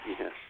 Yes